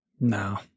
no